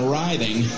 riding